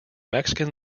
mexican